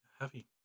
heavy